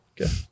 Okay